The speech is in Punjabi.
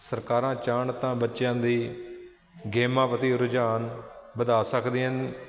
ਸਰਕਾਰਾਂ ਚਾਹੁਣ ਤਾਂ ਬੱਚਿਆਂ ਦੀ ਗੇਮਾਂ ਪ੍ਰਤੀ ਰੁਝਾਨ ਵਧਾ ਸਕਦੀਆਂ ਹਨ